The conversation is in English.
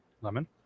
lemon